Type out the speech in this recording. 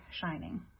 shining